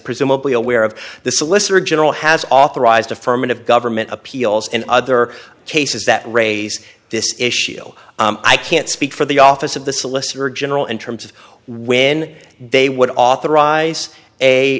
presumably aware of the solicitor general has authorized affirmative government appeals in other cases that raise this issue i can't speak for the office of the solicitor general in terms of when they would authorize a